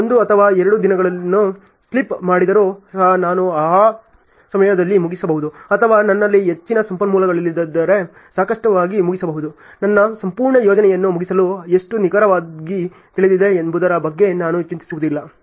ನಾನು ಒಂದು ಅಥವಾ ಎರಡು ದಿನಗಳನ್ನು ಸ್ಲಿಪ್ ಮಾಡಿದರೂ ಸಹ ನಾನು ಆಯಾ ಸಮಯದಲ್ಲಿ ಮುಗಿಸಬಹುದು ಅಥವಾ ನನ್ನಲ್ಲಿ ಹೆಚ್ಚಿನ ಸಂಪನ್ಮೂಲಗಳಿದ್ದರೆ ಸ್ಪಷ್ಟವಾಗಿ ಮುಗಿಸಬಹುದು ನನ್ನ ಸಂಪೂರ್ಣ ಯೋಜನೆಯನ್ನು ಮುಗಿಸಲು ಎಷ್ಟು ನಿಖರವಾಗಿ ತಿಳಿದಿದೆ ಎಂಬುದರ ಬಗ್ಗೆ ನಾನು ಚಿಂತಿಸುವುದಿಲ್ಲ